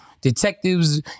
detectives